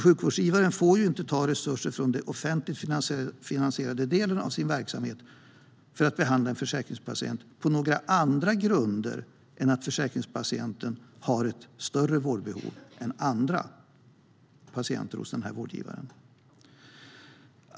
Sjukvårdsgivaren får inte ta resurser från den offentligt finansierade delen av sin verksamhet för att behandla en försäkringspatient på några andra grunder än att försäkringspatienten har ett större vårdbehov än andra patienter hos vårdgivaren.